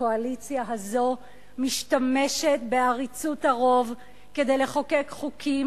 הקואליציה הזאת משתמשת בעריצות הרוב כדי לחוקק חוקים